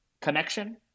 connection